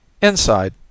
Inside